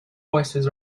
voices